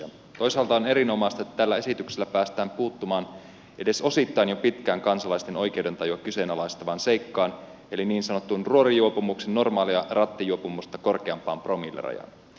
toisaalta on erinomaista että tällä esityksellä päästään puuttumaan edes osittain jo pitkään kansalaisten oikeudentajua kyseenalaistavaan seikkaan eli niin sanottuun ruorijuopumuksen normaalia rattijuopumusta korkeampaan promillerajaan